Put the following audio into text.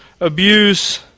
abuse